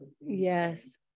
Yes